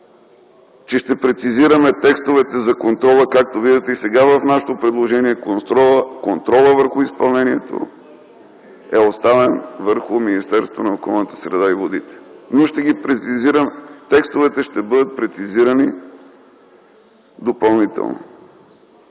че ще прецизираме текстовете за контрола. Както виждате сега в нашето предложение контролът върху изпълнението е оставен върху Министерството на околната среда и водите. Но текстовете ще бъдат прецизирани допълнително.